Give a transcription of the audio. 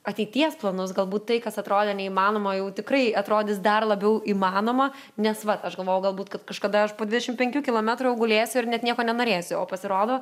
ateities planus galbūt tai kas atrodė neįmanoma jau tikrai atrodys dar labiau įmanoma nes vat aš galvojau galbūt kad kažkada aš po dvidešimt penkių kilometrų jau gulėsiu ir net nieko nenorėsi o pasirodo